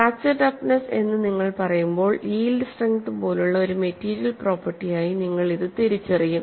fracture toughness എന്ന് നിങ്ങൾ പറയുമ്പോൾ യീൽഡ് സ്ട്രെങ്ത് പോലുള്ള ഒരു മെറ്റീരിയൽ പേപ്പർട്ടി ആയി നിങ്ങൾ അത് തിരിച്ചറിയും